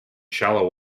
shallow